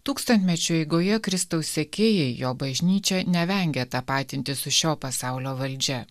tūkstantmečių eigoje kristaus sekėjai jo bažnyčia nevengia tapatintis su šio pasaulio valdžia